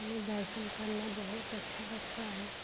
हमें दर्शन करना बहुत अच्छा लगता है